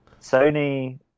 Sony